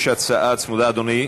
יש הצעה צמודה, אדוני.